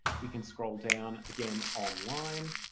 we can scroll down again online